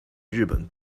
日本